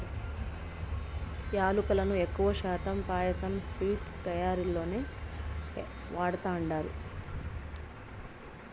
యాలుకలను ఎక్కువ శాతం పాయసం, స్వీట్స్ తయారీలోనే వాడతండారు